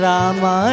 Rama